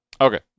okay